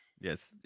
yes